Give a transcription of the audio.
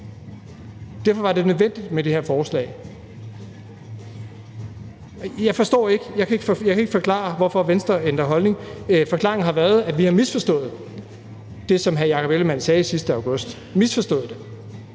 Derfor var det nødvendigt med det her forslag. Jeg forstår ikke, og jeg kan ikke forklare, hvorfor Venstre ændrer holdning. Forklaringen har været, at vi har misforstået det, som hr. Jakob Ellemann-Jensen sagde sidste august. Misforstået det!